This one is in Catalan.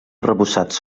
arrebossats